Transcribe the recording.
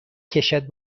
کشد